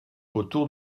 autour